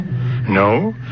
No